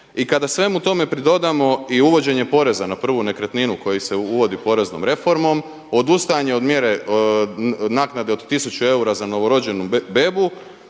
i kada svemu tome pridodamo i uvođenje poreza na prvu nekretninu koju se uvodi poreznom reformom, odustajanje od mjere, od naknade od tisuću eura za novorođenu bebu